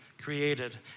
created